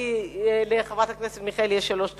כי לחברת הכנסת מיכאלי יש שלוש דקות.